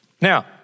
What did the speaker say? Now